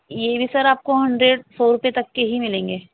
یہ بھی سر آپ کو ہنڈریڈ سو روپئے تک کے ہی ملیں گے